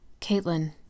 Caitlin